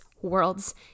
Worlds